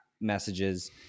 messages